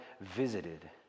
visited